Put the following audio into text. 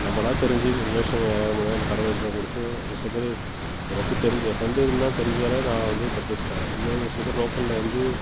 நம்பளாக தெரிஞ்சு ரிலேஷன் யாராவது மூலியமாக இல்லை கடையில எடுத்துகிட்டு வந்து கொடுத்து ஒரு சில பேர் எனக்கு தெரிஞ்ச ஏன் ஃப்ரெண்ட் இருந்தான் தெரிஞ்சதுனால நா வந்து தப்பிச்சிவிட்டேன் இதுமாதிரி ஒரு சில பேர் லோக்கலில் வந்து